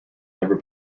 never